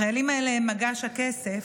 החיילים האלה הם מגש הכסף,